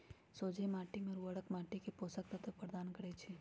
सोझें माटी में उर्वरक माटी के पोषक तत्व प्रदान करै छइ